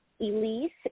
Elise